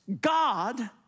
God